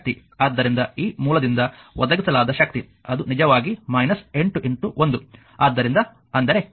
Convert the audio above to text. ಆದ್ದರಿಂದ ಈ ಮೂಲದಿಂದ ಒದಗಿಸಲಾದ ಶಕ್ತಿ ಅದು ನಿಜವಾಗಿ 8 1 ಆದ್ದರಿಂದ ಅಂದರೆ 8 ವ್ಯಾಟ್